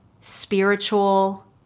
spiritual